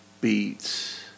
beats